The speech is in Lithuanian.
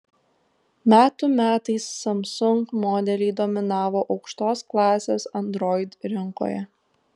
metų metais samsung modeliai dominavo aukštos klasės android rinkoje